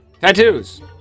Tattoos